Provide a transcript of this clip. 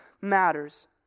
matters